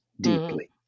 deeply